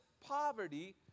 poverty